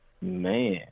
Man